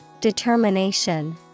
Determination